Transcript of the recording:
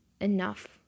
enough